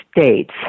states